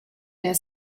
der